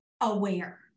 aware